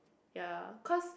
ya cause